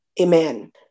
Amen